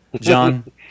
John